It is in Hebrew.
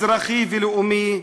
אזרחי ולאומי,